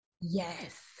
yes